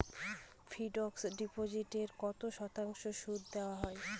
Fixed ডিপোজিটে কত শতাংশ সুদ দেওয়া হয়?